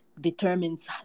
determines